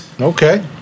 Okay